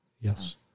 yes